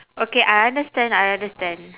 okay I understand I understand